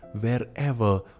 wherever